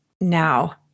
now